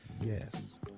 yes